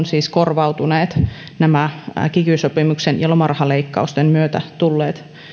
siis korvautuneet nämä nämä kiky sopimuksen ja lomarahaleikkausten myötä tulleet